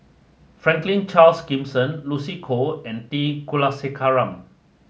Franklin Charles Gimson Lucy Koh and T Kulasekaram